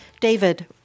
David